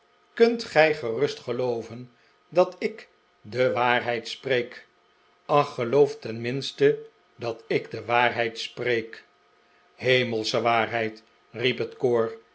kunt gij gerust gelooven dat ik de waarheid spreek ach geloof ten minste dat ik de waarheid spreek hemelsche waarheid riep het koor